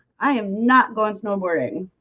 i am not going snowboarding.